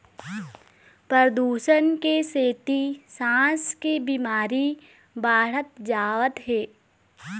परदूसन के सेती सांस के बिमारी बाढ़त जावत हे